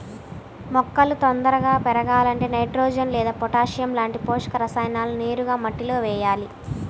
మొక్కలు తొందరగా పెరగాలంటే నైట్రోజెన్ లేదా పొటాషియం లాంటి పోషక రసాయనాలను నేరుగా మట్టిలో వెయ్యాలి